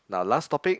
now last topic